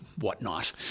whatnot